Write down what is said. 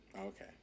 Okay